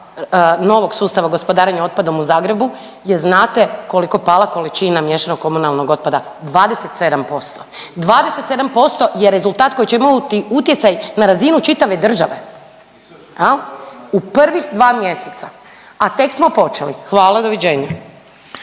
novog sustava gospodarenja otpadom u Zagrebu je znate koliko pala količina miješanog komunalnog otpada, 27%. 27% je rezultat koji će imati utjecaj na razinu čitave države jel u prvih dva mjeseca, a tek smo počeli. Hvala, doviđenja.